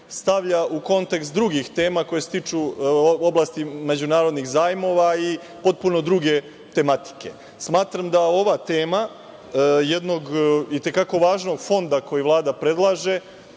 stavlja u kontekst drugih tema koje se tiču oblasti međunarodnih zajmova i potpuno druge tematike. Smatram da ova tema jednog i te kako važnog fonda koji Vlada predlaže,